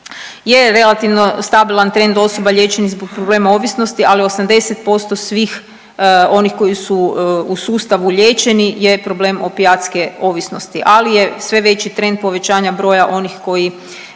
je relativno stabilan trend osoba liječenih zbog problema ovisnosti, ali 80% svih onih koji su u sustavu liječeni je problem opijatske ovisnosti, ali je sve veći trend povećanja broja onih koji